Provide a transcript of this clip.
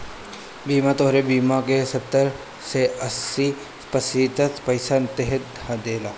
बीमा तोहरे बीमारी क सत्तर से अस्सी प्रतिशत पइसा त देहिए देवेला